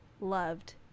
loved